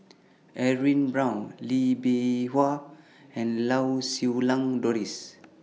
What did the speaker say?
Edwin Brown Lee Bee Wah and Lau Siew Lang Doris